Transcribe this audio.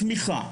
תמיכה,